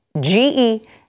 G-e